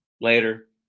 later